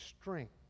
strength